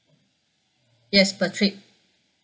yes per trip